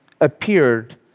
appeared